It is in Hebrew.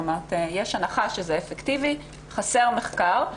יש הנחה שזה אפקטיבי, חסר מחקר.